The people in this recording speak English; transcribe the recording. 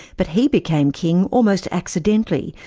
but he became king almost accidentally,